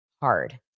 hard